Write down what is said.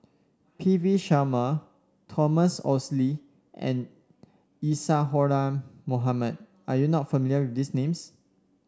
P V Sharma Thomas Oxley and Isadhora Mohamed are you not familiar with these names